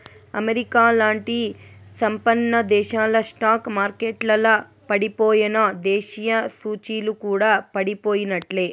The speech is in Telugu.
అమెరికాలాంటి సంపన్నదేశాల స్టాక్ మార్కెట్లల పడిపోయెనా, దేశీయ సూచీలు కూడా పడిపోయినట్లే